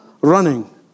running